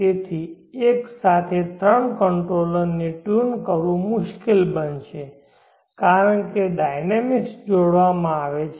તેથી એક સાથે 3 કંટ્રોલર ને ટ્યુન કરવું મુશ્કેલ બનશે કારણ કે ડાયનેમિક્સ જોડવામાં આવે છે